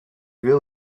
wil